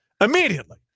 Immediately